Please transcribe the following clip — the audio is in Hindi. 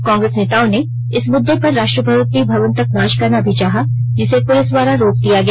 कांग्रेस नेताओं ने इस मुद्दे पर राष्ट्रपति भवन तक मार्च करना भी चाहा जिसे पुलिस द्वारा रोक दिया गया